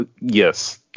yes